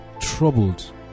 troubled